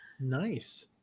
nice